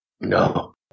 No